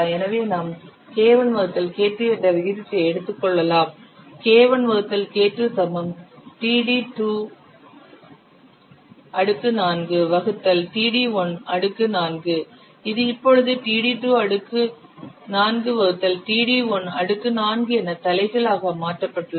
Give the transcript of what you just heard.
எனவே நாம் K1 வகுத்தல் K2 என்ற விகிதத்தை எடுத்துக் கொள்ளலாம் இது இப்பொழுது td2 அடுக்கு 4 வகுத்தல் td1 அடுக்கு 4 என தலைகீழாக மாற்றப்பட்டுள்ளது